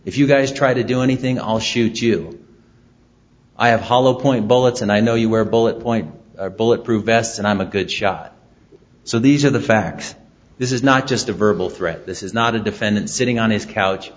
if you guys try to do anything i'll shoot you i have hollow point bullets and i know you were bullet point bullet proof vest and i'm a good shot so these are the facts this is not just a verbal threat this is not a defendant sitting on his couch